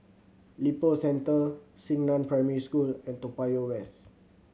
Lippo Centre Xingnan Primary School and Toa Payoh West